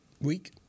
week